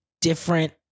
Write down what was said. different